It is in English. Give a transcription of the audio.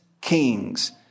kings